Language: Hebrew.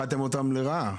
איחדתם אותן לרעה,